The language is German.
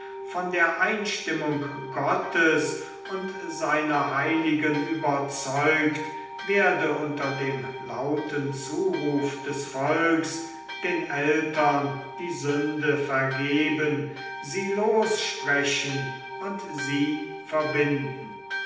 von der einstimmung gottes und seiner heiligen überzeugt werde unter dem lauten zuruf des volks den eltern die sünde vergeben sie lossprechen und sie verbinden